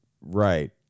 right